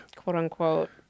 quote-unquote